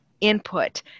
input